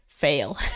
fail